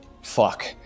fuck